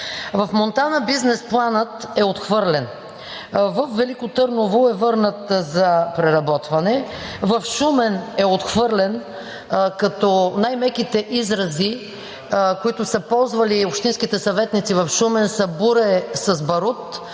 В Монтана бизнес планът е отхвърлен. Във Велико Търново е върнат за преработване. В Шумен е отхвърлен, като най-меките изрази, които са ползвали общинските съветници в Шумен, са „буре с барут“,